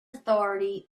authority